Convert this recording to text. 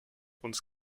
uns